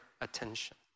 attention